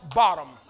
bottom